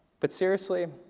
but seriously,